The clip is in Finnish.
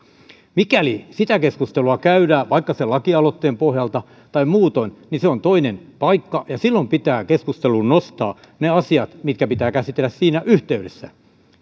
mikäli sitä keskustelua käydään vaikka sen lakialoitteen pohjalta tai muutoin niin se on toinen paikka ja silloin pitää keskusteluun nostaa ne asiat mitkä pitää käsitellä siinä yhteydessä